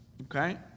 Okay